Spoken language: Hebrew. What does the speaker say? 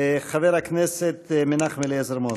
חבר הכנסת מנחם אליעזר מוזס.